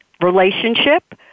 relationship